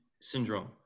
syndrome